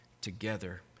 together